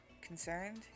concerned